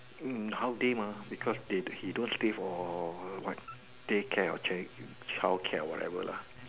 mm half day mah because they he don't stay for what daycare or chil~ childcare or whatever lah